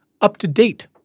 up-to-date